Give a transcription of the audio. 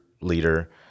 leader